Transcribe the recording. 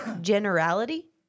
generality